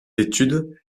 études